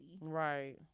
Right